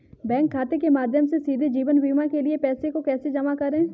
Bank खाते के माध्यम से सीधे जीवन बीमा के लिए पैसे को कैसे जमा करें?